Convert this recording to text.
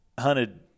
hunted